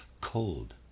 cold